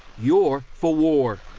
you're for war.